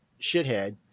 shithead